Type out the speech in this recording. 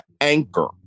anchor